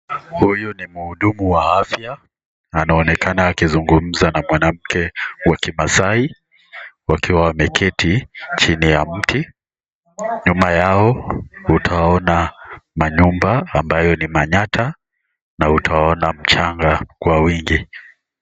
Huyu ni mhudumu wa afya, anaonekana akizungumza na mwanamke wa kimaasai, wakiwa wameketi chini ya mti. Nyuma yao, utaona manyumba ambayo ni manyatta na utawaona mchanga kwa wingi.